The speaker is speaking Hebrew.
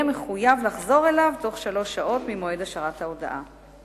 מחויב לחזור אליו בתוך שלוש שעות ממועד השארת ההודעה.